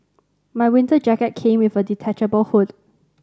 my winter jacket came with a detachable hood